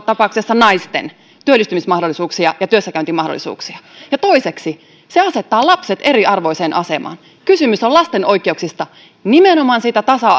tapauksessa erityisesti naisten työllistymismahdollisuuksia ja työssäkäyntimahdollisuuksia ja toiseksi se asettaa lapset eriarvoiseen asemaan kysymys on lasten oikeuksista nimenomaan siitä tasa